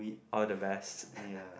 all the best